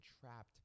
trapped